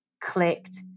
clicked